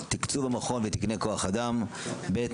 תקצוב המכון ותקני כ"א; ב.